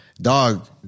Dog